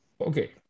Okay